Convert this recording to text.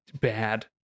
bad